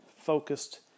focused